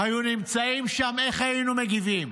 היו נמצאים שם: איך היינו מגיבים?